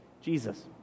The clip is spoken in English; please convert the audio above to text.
Jesus